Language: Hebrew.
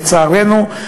לצערנו,